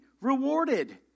rewarded